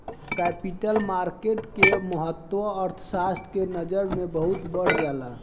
capital market के महत्त्व अर्थव्यस्था के नजर से बहुत बढ़ जाला